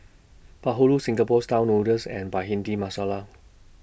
Bahulu Singapore Style Noodles and Bhindi Masala